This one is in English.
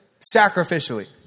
sacrificially